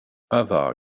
ava